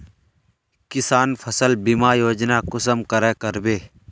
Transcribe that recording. किसान फसल बीमा योजना कुंसम करे करबे?